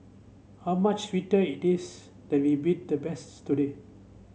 how much sweeter it is that we beat the best today